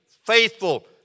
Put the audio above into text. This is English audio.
Faithful